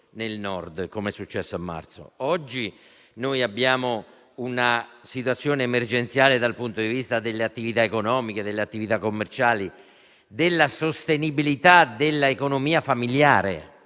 Oggi abbiamo una situazione emergenziale dal punto di vista delle attività economiche, delle attività commerciali e della sostenibilità dell'economia familiare.